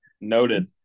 Noted